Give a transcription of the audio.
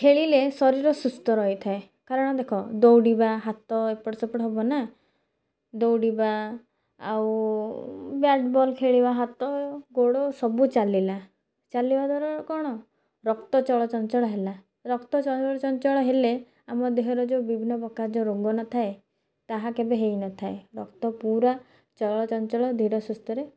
ଖେଳିଲେ ଶରୀର ସୁସ୍ଥ ରହିଥାଏ କାରଣ ଦେଖ ଦୌଡ଼ିବା ହାତ ଏପଟ ସେପଟ ହବନା ଦୌଡ଼ିବା ଆଉ ବ୍ୟାଟ୍ ବଲ୍ ଖେଳିବା ହାତ ଗୋଡ଼ ସବୁ ଚାଲିଲା ଚାଲିବା ଦ୍ୱାରା କ'ଣ ରକ୍ତ ଚଳଚଞ୍ଚଳ ହେଲା ରକ୍ତ ଚଳଚଞ୍ଚଳ ହେଲେ ଆମ ଦେହର ଯେଉଁ ବିଭିନ୍ନ ପ୍ରକାର ଯେଉଁ ରୋଗ ନଥାଏ ତାହା କେବେ ହେଇନଥାଏ ରକ୍ତ ପୁରା ଚଳଚଞ୍ଚଳ ଧୀର ସୁସ୍ଥରେ